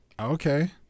Okay